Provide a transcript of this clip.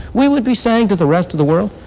we would be saying to the rest of the world,